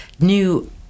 new